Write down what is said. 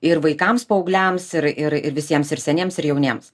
ir vaikams paaugliams ir ir visiems ir seniems ir jauniems